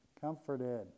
Comforted